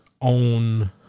own